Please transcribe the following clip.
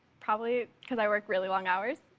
probably because i work really long hours.